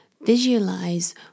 visualize